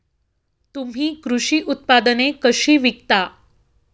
तुम्ही कृषी उत्पादने कशी विकता?